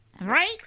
Right